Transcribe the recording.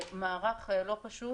מערך לא פשוט.